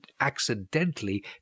accidentally